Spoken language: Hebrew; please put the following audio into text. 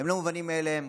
לא מובנים מאליהם.